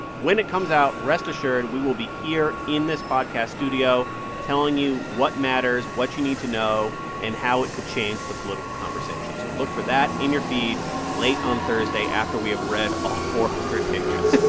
when it comes out, rest assured, we will be here in this podcast studio telling you what matters, what you need to know and how it could change the political conversation. so look for that in your feed late on thursday after we have read all four hundred pages.